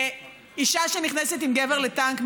אישה שנכנסת עם גבר לטנק,